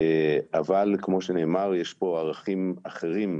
אבל כמו שנאמר יש פה ערכים אחרים,